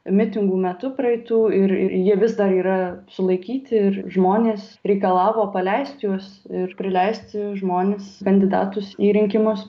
mitingų metu praeitų ir ir jie vis dar yra sulaikyti ir žmonės reikalavo paleist juos ir prileisti žmones kandidatus į rinkimus